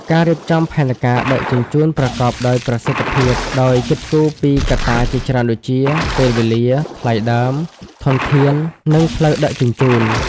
ការរៀបចំផែនការដឹកជញ្ជូនប្រកបដោយប្រសិទ្ធភាព ដោយគិតគូរពីកត្តាជាច្រើនដូចជា ពេលវេលា ថ្លៃដើម ធនធាន និងផ្លូវដឹកជញ្ជូន។